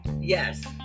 Yes